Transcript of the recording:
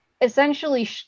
essentially